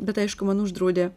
bet aišku man uždraudė